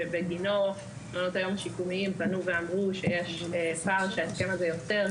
שבגינו מעונות היום השיקומיים פנו ואמרו שיש פער שההסכם הזה יוצר,